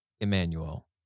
Emmanuel